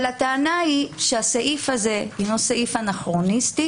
אבל הטענה היא שהסעיף הזה הוא סעיף אנכרוניסטי